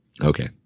Okay